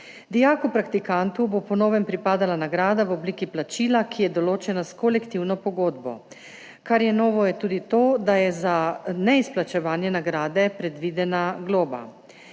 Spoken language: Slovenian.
Dijaku praktikantu bo po novem pripadala nagrada v obliki plačila, ki je določena s kolektivno pogodbo. Kar je novo, je tudi to, da je za neizplačevanje nagrade predvidena globa.